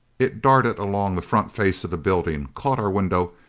it darted along the front face of the building, caught our window,